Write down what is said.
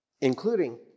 including